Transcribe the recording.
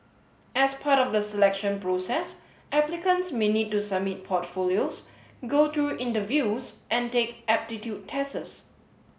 as part of the selection process applicants may need to submit portfolios go through interviews and take aptitude